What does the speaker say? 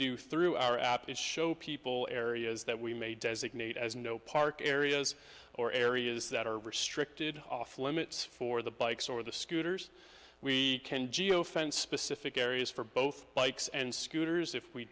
do through our app is show people areas that we may designate as no park areas or areas that are restricted off limits for the bikes or the scooters we can go fence specific areas for both bikes and scooters if we